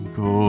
go